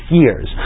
years